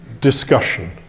discussion